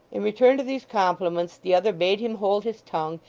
in return to these compliments the other bade him hold his tongue,